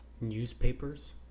newspapers